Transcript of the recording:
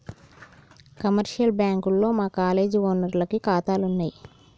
commercial బ్యాంకుల్లో మా college ఓనర్లకి కాతాలున్నయి